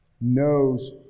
knows